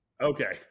Okay